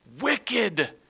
wicked